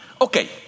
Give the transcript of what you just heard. Okay